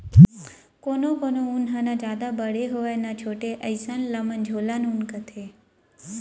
कोनो कोनो ऊन ह न जादा बड़े होवय न छोटे अइसन ल मझोलन ऊन कथें